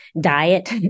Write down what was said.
diet